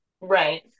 right